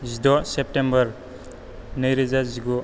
जिद' सेप्तेम्बर नै रोजा जिगु